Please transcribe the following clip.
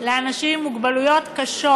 לאנשים עם מוגבלויות קשות,